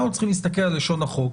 אנחנו צריכים להסתכל על לשון החוק